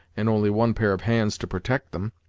and only one pair of hands to protect them.